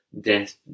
death